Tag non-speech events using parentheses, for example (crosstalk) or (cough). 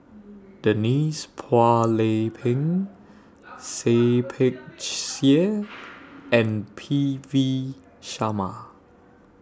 (noise) Denise Phua Lay Peng (noise) Seah Peck Seah (noise) and P V Sharma